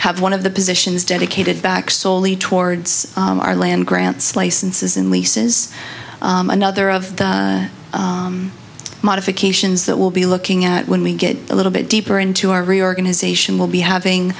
have one of the positions dedicated back soley towards our land grants licenses in leases another of the modifications that will be looking at when we get a little bit deeper into our reorganization will be